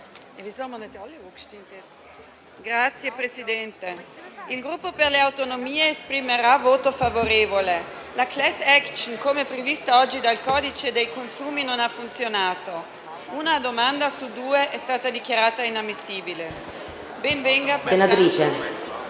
Signor Presidente, il Gruppo per le Autonomie esprimerà voto favorevole. La *class action*, come prevista oggi dal codice dei consumi, non ha funzionato. Una domanda su due è stata dichiarata inammissibile. *(Brusìo).*